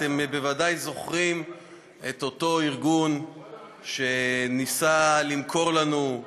אתם ודאי זוכרים את אותו ארגון שניסה למכור לנו: